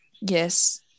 Yes